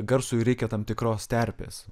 garsui reikia tam tikros terpės